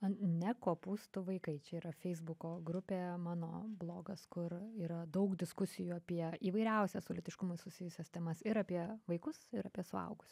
ne kopūstų vaikai čia yra feisbuko grupė mano blogas kur yra daug diskusijų apie įvairiausias su lytiškumu susijusias temas ir apie vaikus ir apie suaugus